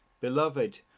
Beloved